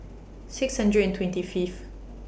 six hundred and twenty Fifth